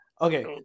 Okay